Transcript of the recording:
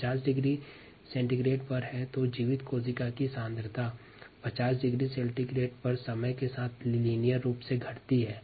50 degree centigrade पर जीवित कोशिका की सांद्रता समय के साथ रैखिक रूप से घटती जाती है